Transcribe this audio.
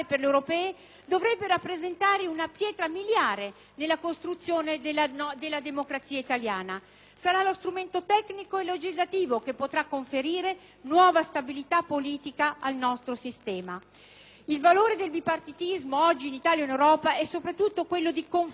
sarà lo strumento tecnico e legislativo che potrà conferire nuova stabilità politica al nostro sistema. Il valore del bipartitismo oggi in Italia e in Europa è soprattutto quello di conferire stabilità politica alla moderna democrazia, di garantire l'espressione del consenso popolare,